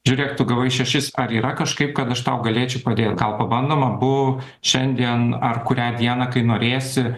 žiūrėk tu gavai šešis ar yra kažkaip kad aš tau galėčiau padėt gal pabandom abu šiandien ar kurią dieną kai norėsi